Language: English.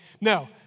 No